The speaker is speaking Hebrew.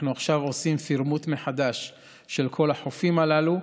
אנחנו עכשיו עושים פרמוט מחדש כל החופים הללו,